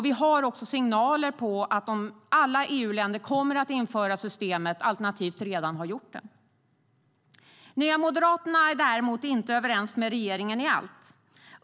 Vi har också signaler om att alla EU-länder kommer att införa systemet eller redan har gjort det. Nya moderaterna är däremot inte överens med regeringen om allt.